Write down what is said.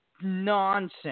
nonsense